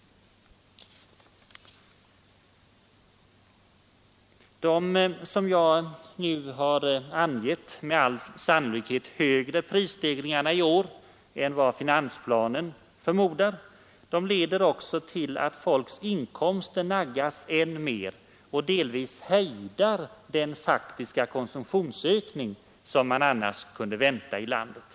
Som jag har angivit kommer prisstegringarna i år med all sannolikhet att bli större än man förmodar i finansplanen. Detta leder till att folks faktiska inkomster naggas än mer i kanten, och det hejdar delvis den faktiska konsumtionsökning som man annars kunde vänta i landet.